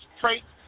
traits